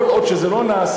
כל עוד זה לא נעשה,